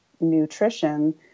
nutrition